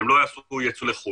והם לא יעסקו ביצוא לחו"ל.